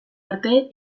arte